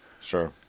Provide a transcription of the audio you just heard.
Sure